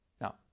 Now